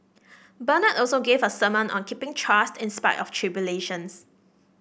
bernard also gave a sermon on keeping trust in spite of tribulations